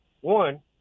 one